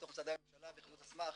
בתוך משרדי הממשלה ויחידות הסמך.